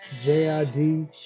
J-I-D